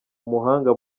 umuhanga